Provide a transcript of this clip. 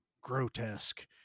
grotesque